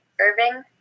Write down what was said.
Irving